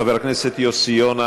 יואל,